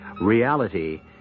reality